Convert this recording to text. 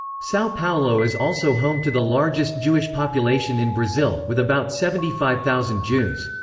sao paulo is also home to the largest jewish population in brazil, with about seventy five thousand jews.